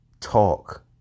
talk